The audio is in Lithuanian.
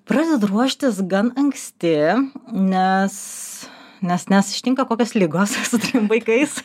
pradedu ruoštis gan anksti nes nes nes ištinka kokios ligos su trim vaikais